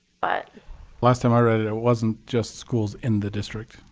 but last time i read it wasn't just schools in the district.